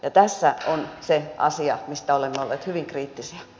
ja tässä on se asia mistä olemme olleet hyvin kriittisiä